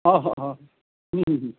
অঁ হঁ হঁ হুঁ হুঁ হুঁ